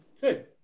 Good